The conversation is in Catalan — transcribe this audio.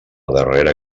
darrera